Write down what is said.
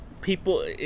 people